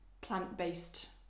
plant-based